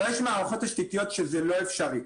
אבל יש מערכת תשתיתיות שזה לא אפשרי.